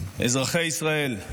אזרחי ישראל,